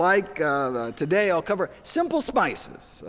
like today i'll cover simple spices,